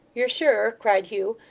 you're sure cried hugh,